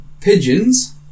Pigeons